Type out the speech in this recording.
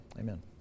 Amen